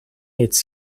its